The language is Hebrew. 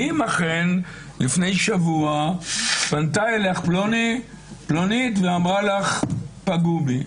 האם אכן לפני שבוע פנתה אלייך פלונית ואמרה לך: פגעו בי?